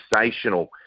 sensational